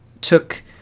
took